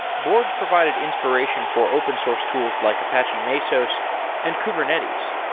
borg provided inspiration for open source tools like apache mesos and kubernetes.